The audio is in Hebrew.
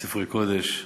ספרי קודש,